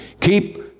Keep